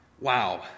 Wow